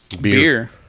beer